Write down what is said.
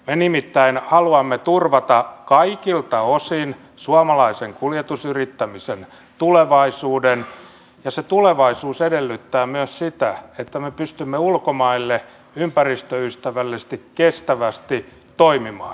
me nimittäin haluamme turvata kaikilta osin suomalaisen kuljetusyrittämisen tulevaisuuden ja se tulevaisuus edellyttää myös sitä että me pystymme ulkomailla ympäristöystävällisesti kestävästi toimimaan